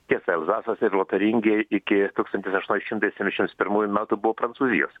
tiesa elzasas ir lotaringija iki tūkstantis aštuoni šimtai septyndešimts pirmųjų metų buvo prancūzijos